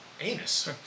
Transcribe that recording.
Anus